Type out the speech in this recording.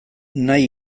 nahi